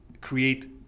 create